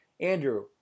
Andrew